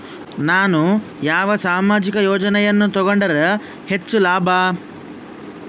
ನಾನು ಯಾವ ಸಾಮಾಜಿಕ ಯೋಜನೆಯನ್ನು ತಗೊಂಡರ ಹೆಚ್ಚು ಲಾಭ?